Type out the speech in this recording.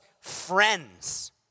friends